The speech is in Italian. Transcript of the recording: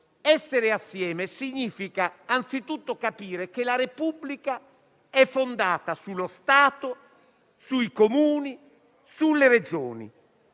essere assieme significa anzitutto capire che la Repubblica è fondata sullo Stato, sui Comuni, sulle Regioni